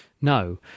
No